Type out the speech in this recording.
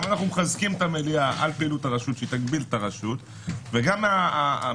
גם אנחנו מחזקים את המליאה על פעילות הרשות שתגביל את הרשות וגם מהצד